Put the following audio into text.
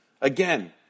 Again